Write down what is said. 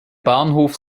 bahnhof